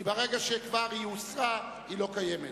כי ברגע שהיא הוסרה, היא לא קיימת.